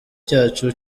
cyacu